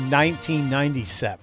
1997